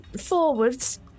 forwards